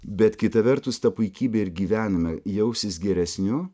bet kita vertus ta puikybė ir gyvenime jaustis geresniu